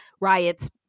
riots